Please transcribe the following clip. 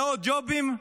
מאות ג'ובים?